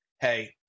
hey